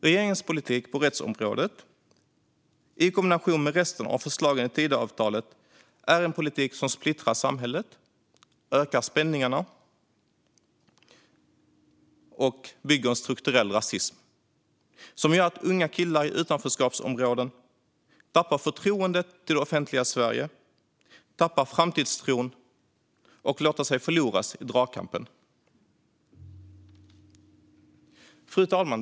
Regeringens politik på rättsområdet i kombination med resten av förslagen i Tidöavtalet är en politik som splittrar samhället, ökar spänningarna och bygger en strukturell rasism. Det gör att unga killar i utanförskapsområden tappar förtroendet för det offentliga Sverige. De tappar framtidstron och låter sig förloras i dragkampen. Fru talman!